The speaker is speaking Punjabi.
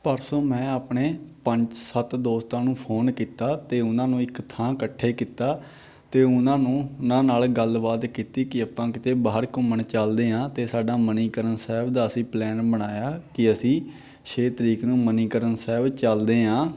ਪਰਸੋਂ ਮੈਂ ਆਪਣੇ ਪੰਜ ਸੱਤ ਦੋਸਤਾਂ ਨੂੰ ਫੋਨ ਕੀਤਾ ਅਤੇ ਉਹਨਾਂ ਨੂੰ ਇੱਕ ਥਾਂ ਇਕੱਠੇ ਕੀਤਾ ਅਤੇ ਉਹਨਾਂ ਨੂੰ ਉਹਨਾਂ ਨਾਲ ਗੱਲਬਾਤ ਕੀਤੀ ਕਿ ਆਪਾਂ ਕਿਤੇ ਬਾਹਰ ਘੁੰਮਣ ਚਲਦੇ ਹਾਂ ਅਤੇ ਸਾਡਾ ਮਨੀਕਰਨ ਸਾਹਿਬ ਦਾ ਅਸੀਂ ਪਲੈਨ ਬਣਾਇਆ ਕਿ ਅਸੀਂ ਛੇ ਤਰੀਕ ਨੂੰ ਮਨੀਕਰਨ ਸਾਹਿਬ ਚਲਦੇ ਹਾਂ